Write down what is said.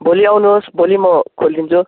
भोलि आउनुहोस् भोलि म खोल्दिन्छु